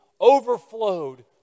overflowed